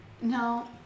No